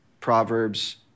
Proverbs